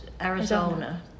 Arizona